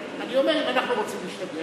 אני אומר: אם אנחנו רוצים להשתגע,